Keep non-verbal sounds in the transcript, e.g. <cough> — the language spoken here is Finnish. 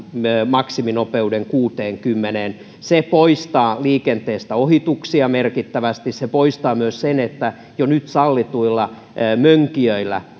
maksiminopeuden kuuteenkymmeneen se poistaa liikenteestä ohituksia merkittävästi se poistaa myös sen että jo nyt sallituilla mönkijöillä <unintelligible>